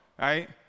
Right